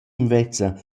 invezza